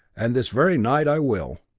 and this very night i will.